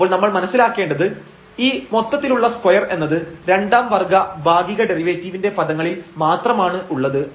അപ്പോൾ നമ്മൾ മനസ്സിലാക്കേണ്ടത് ഈ മൊത്തത്തിലുള്ള സ്ക്വയർ എന്നത് രണ്ടാം വർഗ്ഗ ഭാഗിക ഡെറിവേറ്റീവിന്റെ പദങ്ങളിൽ മാത്രമാണ് ഉള്ളത്